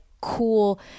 cool